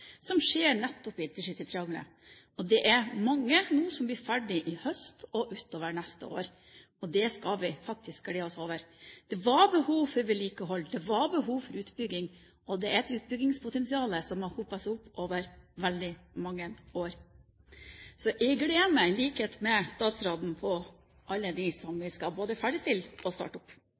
Det er mange prosjekter som blir ferdige nå i høst og utover neste år. Det skal vi faktisk glede oss over. Det var behov for vedlikehold, det var behov for utbygging – og det er et utbyggingspotensial som har hopet seg opp over veldig mange år. Så jeg gleder meg, i likhet med statsråden, til alle de prosjektene som vi både skal ferdigstille og starte opp.